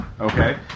Okay